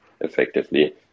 effectively